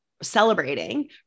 celebrating